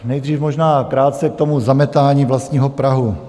Nejdřív možná krátce k tomu zametání vlastního prahu.